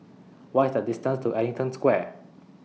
What IS The distance to Ellington Square